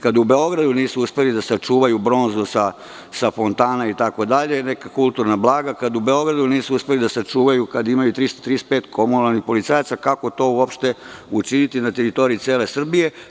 Kada u Beogradu nisu uspeli da sačuvaju bronzu sa fontana, neka kulturna blaga itd, kada u Beogradu nisu uspeli da sačuvaju, a imaju 335 komunalnih policajaca, kako to uopšte učiniti na teritoriji cele Srbije?